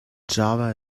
java